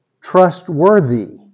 trustworthy